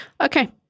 Okay